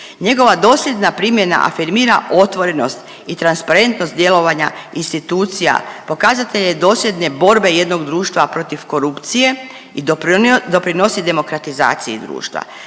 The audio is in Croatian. Njegova dosljedna primjena afirmira otvorenost i transparentnost djelovanja institucija, pokazatelj je dosljedne borbe jednog društva protiv korupcije i doprinosi demokratizaciji društva.